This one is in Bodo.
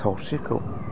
सावस्रिखौ